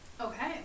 Okay